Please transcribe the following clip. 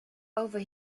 over